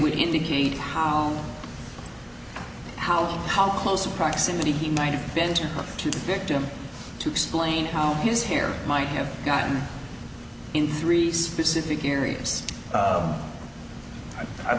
would indicate how how how close proximity he might have been to the victim to explain how his hair might have gotten in three specific areas